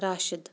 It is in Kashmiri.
راشِد